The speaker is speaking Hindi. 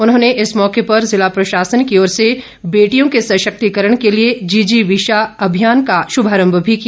उन्होंने इस मौके पर जिला प्रशासन की ओर से बेटियों के सशक्तिकरण के लिए जिजीविषा अभियान का श्भभरंभ भी किया